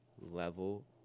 level